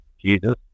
Jesus